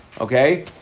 Okay